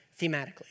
thematically